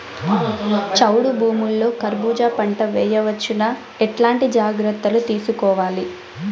చౌడు భూముల్లో కర్బూజ పంట వేయవచ్చు నా? ఎట్లాంటి జాగ్రత్తలు తీసుకోవాలి?